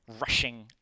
rushing